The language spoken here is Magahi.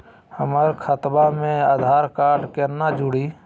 हमर खतवा मे आधार कार्ड केना जुड़ी?